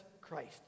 Christ